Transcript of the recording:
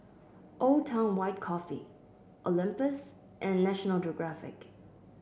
Old Town White Coffee Olympus and National Geographic